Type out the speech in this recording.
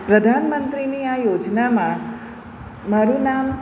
પ્રધાન મંત્રીની આ યોજનામાં મારું નામ